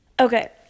Okay